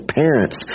parents